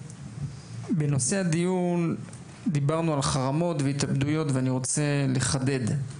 בנושא הדיון דיברנו על חרמות והתאבדויות ואני רוצה לחדד.